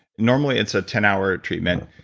normally it's a ten hour treatment,